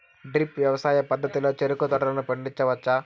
drip వ్యవసాయ పద్ధతిలో చెరుకు తోటలను పండించవచ్చా